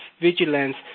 vigilance